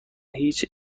هیچ